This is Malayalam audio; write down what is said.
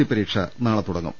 സി പരീക്ഷ നാളെ തുടങ്ങും